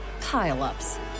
pile-ups